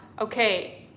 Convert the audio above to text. okay